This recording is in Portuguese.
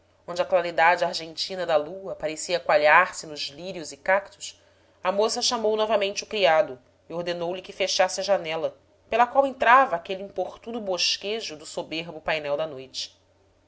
onde a claridade argenti na da lua parecia coalhar se nos lírios e cactos a moça chamou novamente o criado e ordenou-lhe que fechasse a janela pela qual entrava aquele importuno bosquejo do soberbo painel da noite